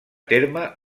terme